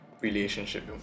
relationship